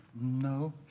No